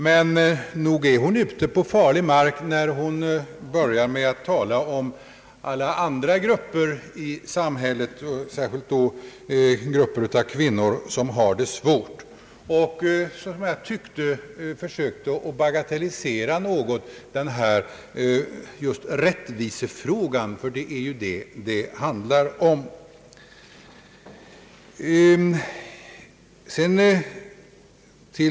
Men nog är hon ute på farlig mark när hon börjar tala om alla andra grupper i samhället och särskilt grupper av kvinnor som har det svårt, och när hon, som jag tyckte, försökte att något bagatellisera just rättvisefrågan — det är ju den det handlar om.